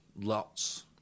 lots